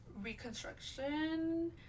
reconstruction